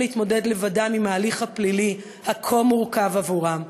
להתמודד לבדם עם ההליך הפלילי הכה מורכב עבורם,